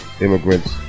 immigrants